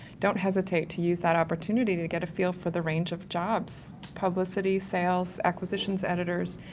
don't hesitate to use that opportunity to get a feel for the range of jobs. publicity, sales, acquisitions editors,